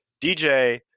DJ –